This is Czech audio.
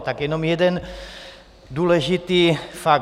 Tak jenom jeden důležitý fakt.